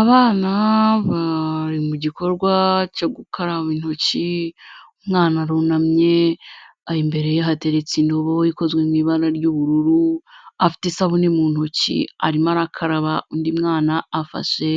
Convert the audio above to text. Abana bari mu gikorwa cyo gukaraba intoki, umwana arunamye, imbere ye hateretse indobo ikozwe mu ibara ry'ubururu, afite isabune mu ntoki arimo arakaraba, undi mwana afashe